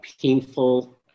painful